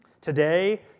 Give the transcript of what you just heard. Today